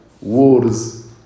wars